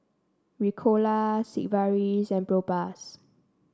Ricola Sigvaris and Propass